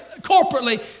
corporately